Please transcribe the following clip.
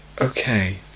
Okay